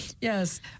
Yes